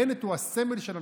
בנט הוא הסמל של הנוכלות.